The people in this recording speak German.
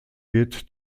wird